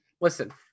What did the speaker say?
listen